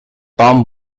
tom